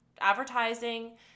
Advertising